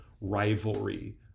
rivalry